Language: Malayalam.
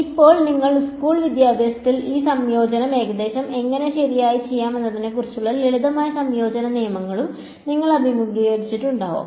ഇപ്പോൾ നിങ്ങളുടെ സ്കൂൾ വിദ്യാഭ്യാസത്തിൽ ഈ സംയോജനം ഏകദേശം എങ്ങനെ ശരിയായി ചെയ്യാം എന്നതിനെക്കുറിച്ചുള്ള ലളിതമായ സംയോജന നിയമങ്ങളും നിങ്ങൾ അഭിമുഖീകരിച്ചിട്ടുണ്ടാകും